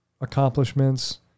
accomplishments